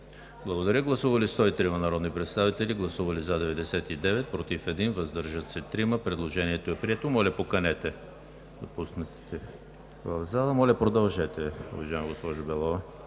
залата. Гласували 103 народни представители: за 99, против 1, въздържали се 3. Предложението е прието. Моля, поканете допуснатите в залата. Моля, продължете, уважаема госпожо Белова.